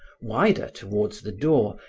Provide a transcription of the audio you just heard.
wider towards the door,